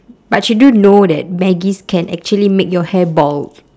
but you do know that maggis can actually make your hair bald